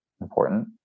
important